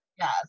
Yes